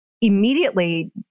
immediately